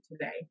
today